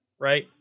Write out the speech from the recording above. Right